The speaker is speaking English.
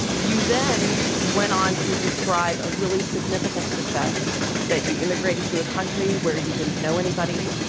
you then went on to describe a really significant success that you immigrated to a country where you didn't know anybody.